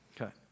Okay